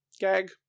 gag